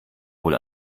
wohl